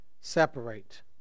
separate